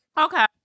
Okay